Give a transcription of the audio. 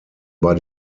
bei